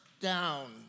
down